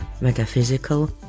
metaphysical